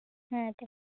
ᱦᱮᱸᱛᱚ